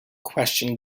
question